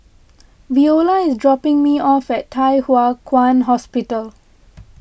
Veola is dropping me off at Thye Hua Kwan Hospital